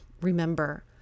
Remember